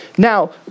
Now